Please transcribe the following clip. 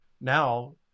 now